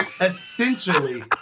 essentially